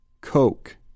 Coke